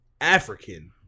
African